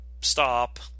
stop